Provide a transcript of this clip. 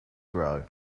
grow